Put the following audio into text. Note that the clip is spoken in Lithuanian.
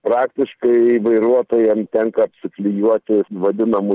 praktiškai vairuotojam tenka suklijuoti vadinamu